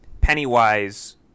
pennywise